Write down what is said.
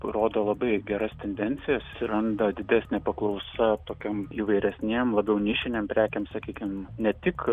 rodo labai geras tendencijas atsiranda didesnė paklausa tokiom įvairesnėm labiau nišinėm prekėm sakykim ne tik